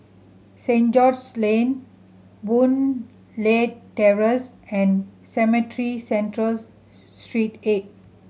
Saint George's Lane Boon Leat Terrace and Cemetry Central Street Eight